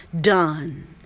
done